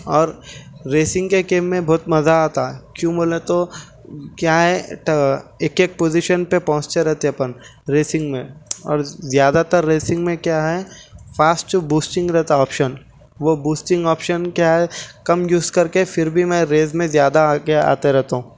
اور ریسنگ کے گیم میں بہت مزہ آتا کیوں بولے تو کیا ہے ایک ایک پوزیشن پہ پہنچتے رہتے اپن ریسنگ میں اور زیادہ تر ریسنگ میں کیا ہے فاسٹ بوسٹنگ رہتا آپشن وہ بوسٹنگ آپشن کیا ہے کم یوز کر کے پھر بھی میں ریس میں زیادہ آگے آتے رہتا ہوں